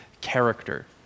character